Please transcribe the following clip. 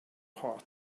heart